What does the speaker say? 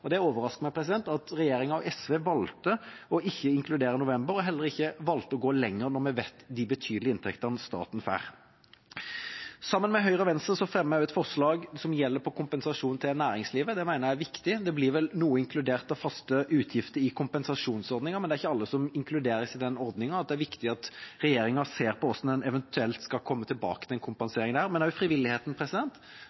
og heller ikke valgte å gå lenger, når vi vet de betydelige inntektene staten får. Sammen med Høyre og Venstre fremmer vi også et forslag som gjelder kompensasjon til næringslivet. Det mener jeg er viktig. Noen faste utgifter blir vel inkludert i kompensasjonsordningen, men det er ikke alle som inkluderes i den ordningen. Det er viktig at regjeringa ser på hvordan en eventuelt skal komme tilbake til en